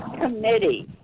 committee